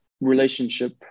relationship